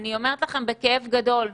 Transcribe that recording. אני אומרת לכם בכאב גדול,